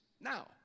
Now